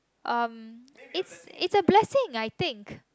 um it's it's a blessing I think